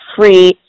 free